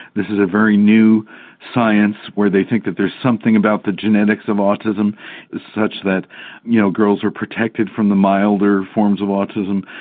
this is a very new science where they think that there's something about the genetics of autism is such that you know girls are protected from the milder forms of autism.